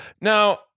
Now